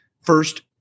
first